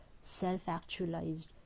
self-actualized